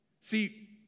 see